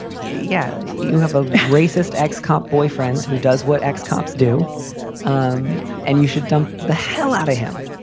yeah yeah. you have a racist ex cop boyfriend who does what ex cops do um and you should dump the hell out of him.